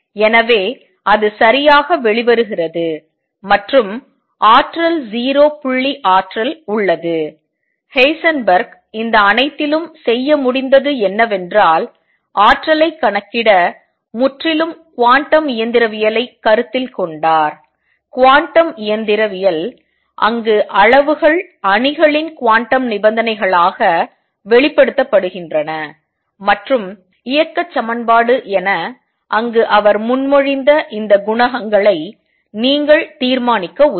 எனவே அது சரியாக வெளிவருகிறது மற்றும் ஆற்றல் 0 புள்ளி ஆற்றல் உள்ளது ஹெய்சன்பெர்க் இந்த அனைத்திலும் செய்ய முடிந்தது என்னவென்றால் ஆற்றலை கணக்கிட முற்றிலும் குவாண்டம் இயந்திரவியல் ஐ கருத்தில் கொண்டார் குவாண்டம் இயந்திர அங்கு அளவுகள் அணிகளின் குவாண்டம் நிபந்தனைகள் ஆக வெளிப்படுத்தப்படுகின்றன மற்றும் இயக்கம் சமன்பாடு என அங்கு அவர் முன்மொழிந்த இந்த குணகங்களை நீங்கள் தீர்மானிக்க உதவும்